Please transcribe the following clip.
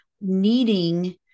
needing